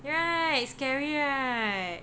yeah it's scary right